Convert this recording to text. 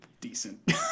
decent